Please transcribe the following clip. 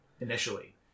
initially